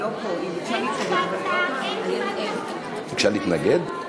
חבר הכנסת רזבוזוב, אתה הגשת בקשה להתנגדות